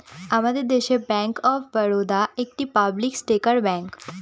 আমাদের দেশে bank of Baroda একটি পাবলিক সেক্টর ব্যাঙ্ক